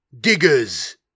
Diggers